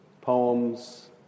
poems